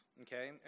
Okay